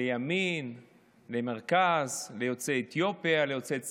לימין, למרכז, ליוצאי אתיופיה, ליוצאי צרפת.